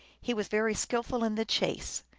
he was very skillful in the chase.